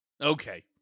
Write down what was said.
Okay